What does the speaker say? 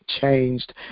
changed